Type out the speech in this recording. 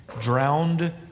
drowned